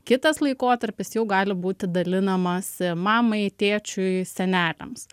kitas laikotarpis jau gali būti dalinamasi mamai tėčiui seneliams